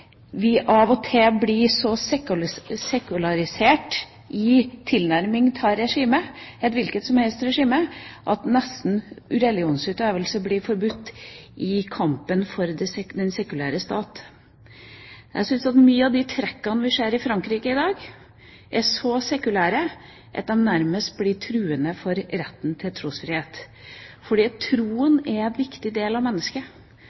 et hvilket som helst regime at religionsutøvelse blir forbudt i kampen for den sekulære stat. Jeg syns at mange av de trekkene vi ser i Frankrike i dag, er så sekulære at de nærmest blir truende for retten til trosfrihet. For troen er en viktig del av mennesket.